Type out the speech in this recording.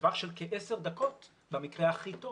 בטווח של כעשר דקות במקרה הכי טוב,